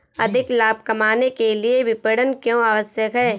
अधिक लाभ कमाने के लिए विपणन क्यो आवश्यक है?